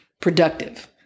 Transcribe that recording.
productive